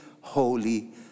holy